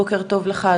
בוקר טוב לך,